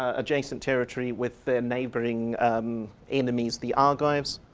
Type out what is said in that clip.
ah adjacent territory, with their neighbouring enemies, the argives.